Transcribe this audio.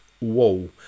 whoa